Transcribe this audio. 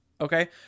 Okay